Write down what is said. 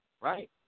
right